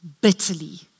bitterly